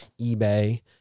eBay